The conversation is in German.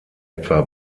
etwa